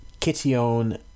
Ketion